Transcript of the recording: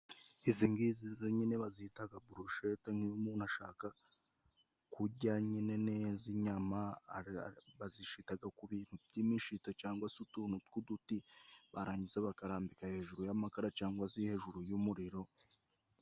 Izi ngizi zonyine bazitaga burushete ,niba umuntu ashaka kurya nyine neza inyama bazishitaga ku bintu by'imishito cangwa se utuntu tw'uduti, barangiza bakarambika hejuru y'amakara cangwa si hejuru y'umuriro.